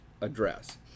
Address